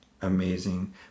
amazing